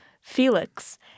Felix